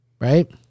right